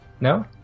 No